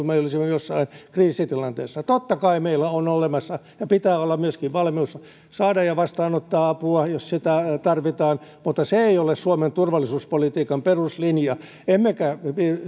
me olisimme jossain kriisitilanteessa totta kai meillä on olemassa ja pitää olla myöskin valmius saada ja vastaanottaa apua jos sitä tarvitaan mutta se ei ole suomen turvallisuuspolitiikan peruslinja enkä näe